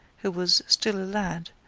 who was still a lad,